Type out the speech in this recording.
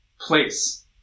place